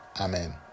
amen